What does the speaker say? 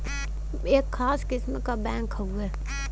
एक खास किस्म क बैंक हउवे